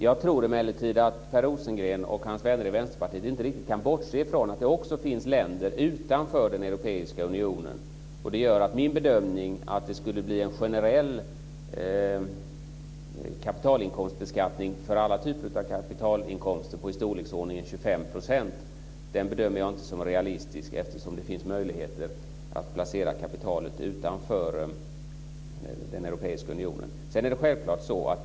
Jag tror emellertid att Per Rosengren och hans vänner i Vänsterpartiet inte riktigt kan bortse från att det också finns länder utanför den europeiska unionen. Det gör att min bedömning att det skulle bli en generell kapitalinkomstbeskattning för alla typer av kapitalinkomster på i storleksordningen 25 % är inte realistisk eftersom det finns möjligheter att placera kapitalet utanför den europeiska unionen.